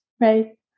right